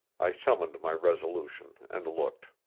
i summoned my resolution and looked.